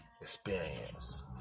experience